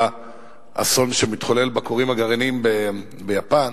האסון שמתחולל בכורים הגרעיניים ביפן,